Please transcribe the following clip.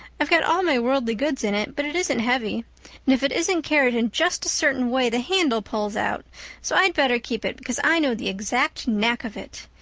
i've got all my worldly goods in it, but it isn't heavy. and if it isn't carried in just a certain way the handle pulls out so i'd better keep it because i know the exact knack of it.